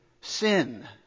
sin